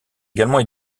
également